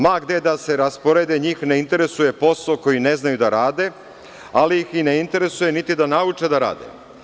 Ma gde da se rasporede, njih ne interesuje posao koji ne znaju da rade, ali ih ne interesuje niti da nauče da rade.